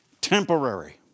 temporary